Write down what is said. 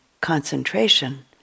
concentration